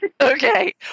Okay